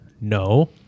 No